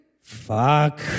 Fuck